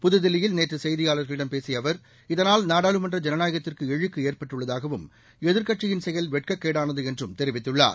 புதுதில்லியில் நேற்று செய்தியாளர்களிடம் பேசிய அவர் இதனால் நாடாளுமன்ற ஜனநாயகத்திற்கு இழுக்கு ஏற்பட்டுள்ளதாகவும் எதிர்க்கட்சியின் செயல் வெட்கக்கேடானது என்றும் தெரிவித்துள்ளார்